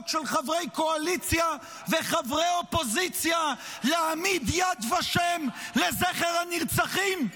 של חברי קואליציה וחברי אופוזיציה להעמיד יד ושם לזכר הנרצחים.